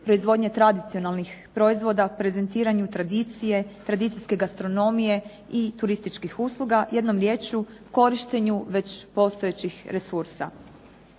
proizvodnje tradicionalnih proizvoda, prezentiranju tradicije, tradicijske gastronomije i turističkih usluga. Jednom rječju, korištenju već postojećih resursa.